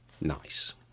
nice